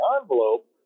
envelope